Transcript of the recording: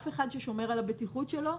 אף אחד ששומר על הבטיחות שלו.